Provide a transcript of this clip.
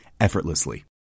effortlessly